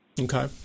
Okay